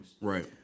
Right